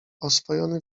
oswojony